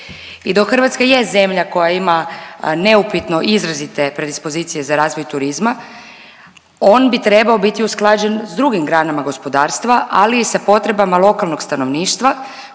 I dok Hrvatska je zemlja koja ima neupitno izrazite predispozicije za razvoj turizma on bi trebao biti usklađen sa drugim granama gospodarstva, ali i sa potrebama lokalnog stanovništva